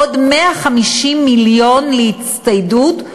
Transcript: עוד 150 מיליון להצטיידות,